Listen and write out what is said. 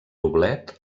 doblet